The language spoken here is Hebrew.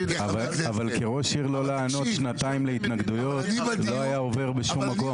אבל כראש עיר לא לענות שנתיים להתנגדויות זה לא היה עובר בשום מקום.